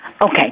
Okay